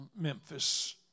Memphis